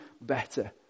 better